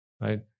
right